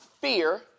fear